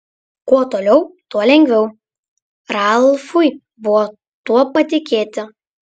kuo toliau tuo lengviau ralfui buvo tuo patikėti